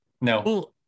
no